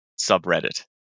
subreddit